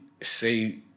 Say